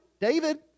David